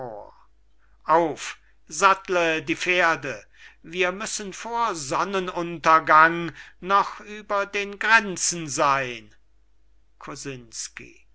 auf sattle die pferde wir müssen vor sonnen untergang noch über den gränzen seyn